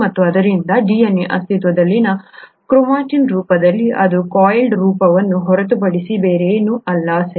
ಮತ್ತು ಆದ್ದರಿಂದ DNA ಅಸ್ತಿತ್ವದಲ್ಲಿದೆ ಕ್ರೊಮಾಟಿನ್ ರೂಪದಲ್ಲಿ ಅದು ಈ ಕಾಯಿಲ್ ರೂಪವನ್ನು ಹೊರತುಪಡಿಸಿ ಬೇರೇನೂ ಅಲ್ಲ ಸರಿ